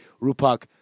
Rupak